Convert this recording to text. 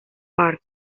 park